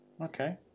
Okay